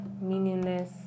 meaningless